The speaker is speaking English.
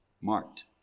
marked